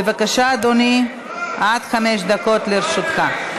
בבקשה, אדוני, עד חמש דקות לרשותך.